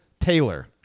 Taylor